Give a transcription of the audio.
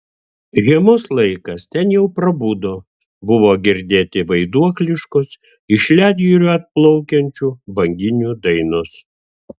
žiemos laikas ten jau prabudo buvo girdėti vaiduokliškos iš ledjūrio atplaukiančių banginių dainos